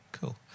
Cool